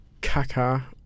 Kaka